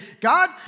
God